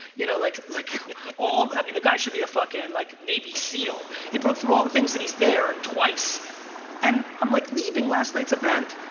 you know, like like oh, i mean the guy should be a fuckin like navy seal he broke through all the things that he's there twice and i'm like leaving last night's event,